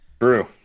True